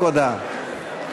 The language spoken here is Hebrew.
רק הודעה.